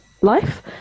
life